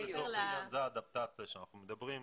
זו האדפטציה שאנחנו מדברים עליה,